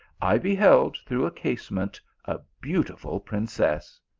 i beheld through a case ment a beautiful princess.